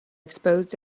exposed